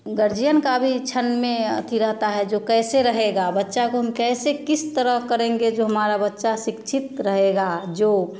guardian का भी छन में अथी रहता है जो कैसे रहेगा बच्चा को उन कैसे किस तरह करेंगे जो हमारा बच्चा शिक्षित रहेगा जो